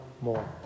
more